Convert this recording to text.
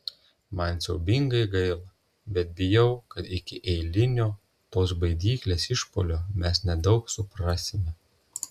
man siaubingai gaila bet bijau kad iki eilinio tos baidyklės išpuolio mes nedaug suprasime